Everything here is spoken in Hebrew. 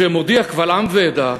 שמודיע קבל עם ועדה,